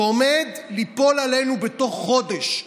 שעומד ליפול עלינו בתוך חודש,